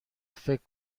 فکر